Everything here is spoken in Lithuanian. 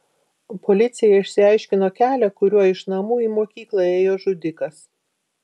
policija išsiaiškino kelią kuriuo iš namų į mokyklą ėjo žudikas